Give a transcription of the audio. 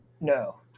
no